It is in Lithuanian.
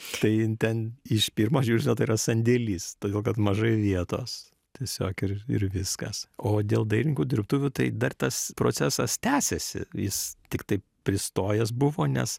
tai ten iš pirmo žvilgsnio tai yra sandėlis todėl kad mažai vietos tiesiog ir ir viskas o dėl dailininkų dirbtuvių tai dar tas procesas tęsiasi jis tiktai pristojęs buvo nes